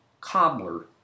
cobbler